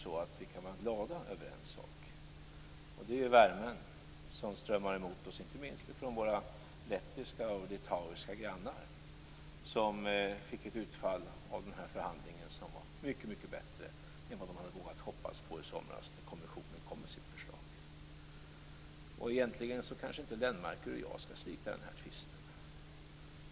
Däremot kan vi vara glada över en sak och det är den värme som strömmar emot oss, inte minst från våra lettiska och litauiska grannar som fick ett utfall av den här förhandlingen som var mycket bättre än de hade vågat hoppas på i somras då kommissionen kom med sitt förslag. Egentligen skall kanske inte Göran Lennmarker och jag slita den här tvisten.